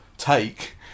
take